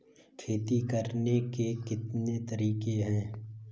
खेती करने के कितने तरीके हैं?